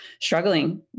struggling